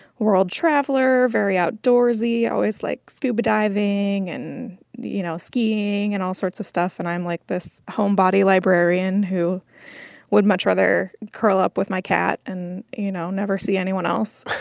world traveler, very outdoorsy, always, like, scuba diving and, you know, skiing and all sorts of stuff. and i'm, like, this homebody librarian who would much rather curl up with my cat and, you know, never see anyone else